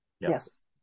yes